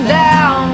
down